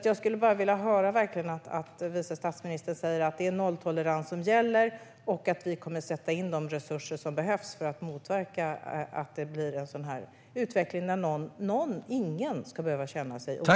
Jag skulle vilja höra vice statsministern säga att det verkligen är nolltolerans som gäller och att man kommer att sätta in de resurser som behövs för att motverka en sådan här utveckling. Ingen ska behöva känna sig otrygg.